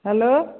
hello